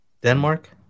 Denmark